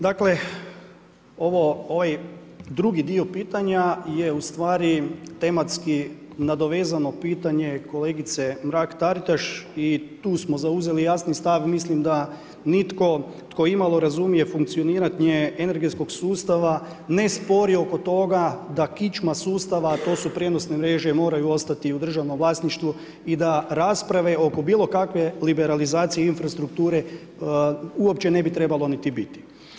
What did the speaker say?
Dakle ovaj drugi dio pitanje je ustvari tematski nadovezano pitanje kolegice Mrak-TAritaš i tu smo zauzeli jasni stav i mislim da nitko tko imalo razumije funkcioniranje energetskog sustava ne spori oko toga da kičma sustava, a to su prijenosne mreže moraju ostati u državnom vlasništvu i da rasprave oko bilo kakve liberalizacije infrastrukture uopće ne bi trebalo niti biti.